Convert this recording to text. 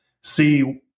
see –